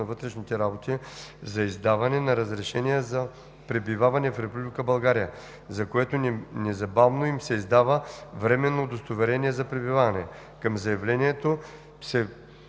на вътрешните работи за издаване на разрешение за пребиваване в Република България, за което незабавно им се издава временно удостоверение за пребиваване. Към заявлението се